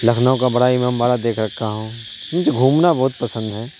لکھنؤ کا بڑا امام باڑہ دیکھ رکھا ہوں مجھے گھومنا بہت پسند ہے